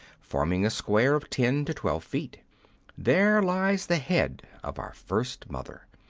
forming a square of ten to twelve feet there lies the head of our first mother.